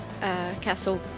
Castle